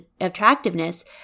attractiveness